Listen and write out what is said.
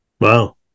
Wow